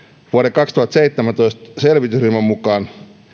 kaksituhattaseitsemäntoista selvitysryhmän mukaan